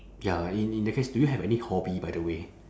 ya in in the case do you have any hobby by the way